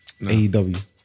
AEW